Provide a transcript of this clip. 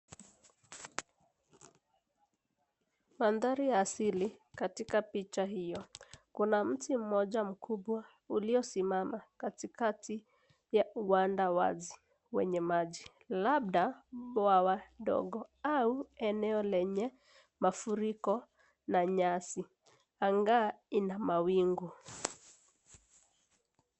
Mandhari ya asili katika picha hiyo. Kuna mti mmoja mkubwa uliosimama katikati ya uwanda wazi wenye maji, labda bwawa dogo au eneo lenye mafuriko na nyasi . Anga ina mawingu.